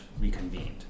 reconvened